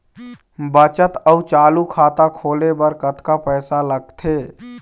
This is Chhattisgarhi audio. बचत अऊ चालू खाता खोले बर कतका पैसा लगथे?